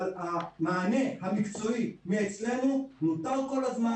אבל המענה המקצועי אצלנו עודכן כל הזמן